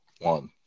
One